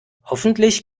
hoffentlich